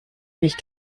nicht